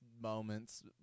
moments